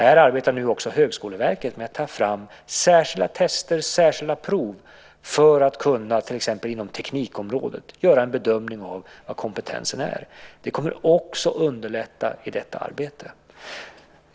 Här arbetar nu Högskoleverket med att ta fram särskilda test och prov för att till exempel inom teknikområdet kunna göra en bedömning av var kompetensen är. Det kommer också att underlätta detta arbete.